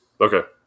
Okay